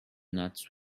nuts